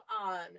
on